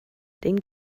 den